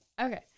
Okay